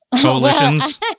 Coalitions